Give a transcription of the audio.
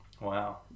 Wow